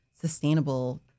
sustainable